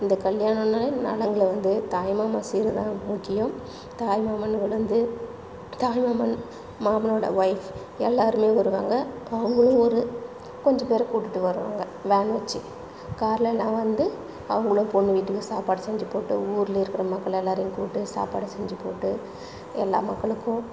இந்த கல்யாணன்னாலே நலங்கில் வந்து தாய்மாமன் சீர் தான் முக்கியம் தாய்மாமன்னு உணர்ந்து தாய்மாமன் மாமனோட ஒய்ஃப் எல்லாருமே வருவாங்க அவங்களும் ஒரு கொஞ்சம் பேரை கூட்டிகிட்டு வருவாங்க வேன் வச்சி கார்லலாம் வந்து அவங்களும் பொண்ணு வீட்டில் சாப்பாடு செஞ்சிப்போட்டு ஊரில் இருக்கிற மக்கள் எல்லாரையும் கூப்பிட்டு சாப்பாடு செஞ்சிப்போட்டு எல்லா மக்களுக்கும்